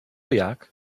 jak